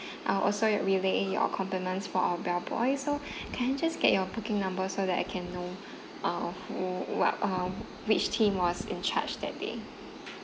I'll also relay your compliments for our bellboy so can I just get your booking number so that I can know uh who what uh which team was in charge that day